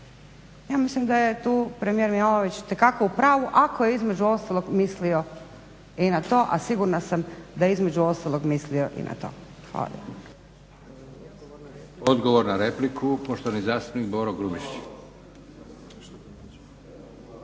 Ja mislim da je tu premijer Milanović itekako u pravu ako je između ostalog mislio i na to, a sigurna sam da je između ostalog mislio i na to. Hvala lijepo. **Leko, Josip (SDP)** Odgovor na repliku, poštovani zastupnik Boro Grubišić. Izvolite